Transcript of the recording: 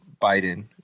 Biden